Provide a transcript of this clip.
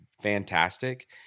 fantastic